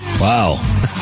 Wow